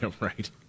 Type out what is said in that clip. right